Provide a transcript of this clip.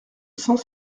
cent